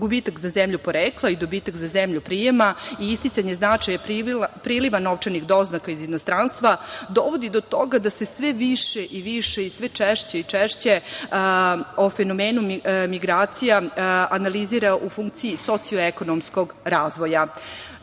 gubitak za zemlju porekla i dobitak za zemlju prijema i isticanje značaja priliva novčanih doznaka iz inostranstva, dovodi do toga da se sve više i više i sve češće i češće o fenomenu migracija analizira u funkciji socio-ekonomskog razvoja. Danas,